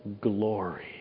glory